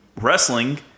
wrestling